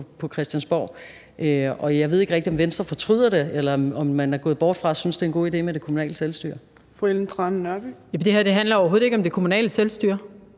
på Christiansborg. Jeg ved ikke rigtig, om Venstre fortryder det, eller om man er gået bort fra at synes, at det er en god idé med det kommunale selvstyre. Kl. 15:25 Fjerde næstformand (Trine